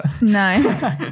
No